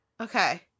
Okay